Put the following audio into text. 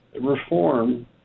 reform